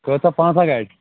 کٔژاہ پانٛژھ گاڑِ